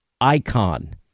icon